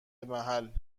محل